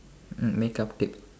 makeup tips